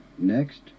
Next